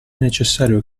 necessario